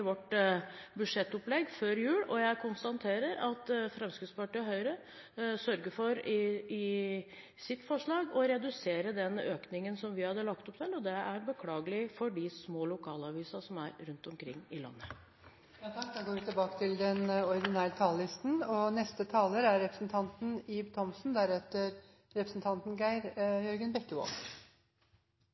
vårt budsjettopplegg før jul, og jeg konstaterer at Fremskrittspartiet og Høyre i sitt forslag sørger for å redusere den økningen vi hadde lagt opp til. Det er beklagelig for de små lokalavisene som er rundt omkring i landet. Replikkordskiftet er omme. For noen er dette en veldig, veldig spesiell dag, for noen er dette veldig, veldig dramatiske endringer, og for mange er det en merkedag innenfor Medie-Norge. Men hvis vi